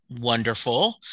wonderful